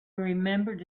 remembered